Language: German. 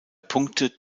punkte